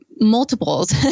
multiples